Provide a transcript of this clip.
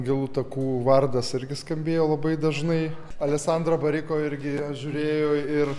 gilų takų vardas irgi skambėjo labai dažnai alesandro bariko irgi aš žiūrėjau ir